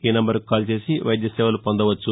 ఈ నెంబర్కు కాల్ చేసి వైద్య సేవలు పొందవచ్చు